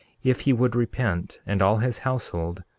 if he would repent, and all his household,